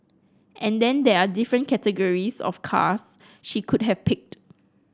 and then there are different categories of cars she could have picked